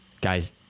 guys